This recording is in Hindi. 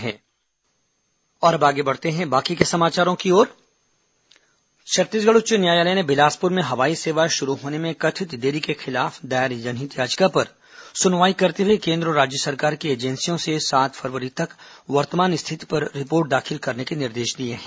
हाईकोर्ट एयरपोर्ट मामला छत्तीसगढ़ उच्च न्यायालय ने बिलासपुर में हवाई सेवा शुरू होने में कथित देरी के खिलाफ दायर जनहित याचिका पर सुनवाई करते हुए केन्द्र और राज्य सरकार की एजेंसियों से सात फरवरी तक वर्तमान स्थिति पर रिपोर्ट दाखिल करने के निर्देश दिए हैं